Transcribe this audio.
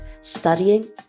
studying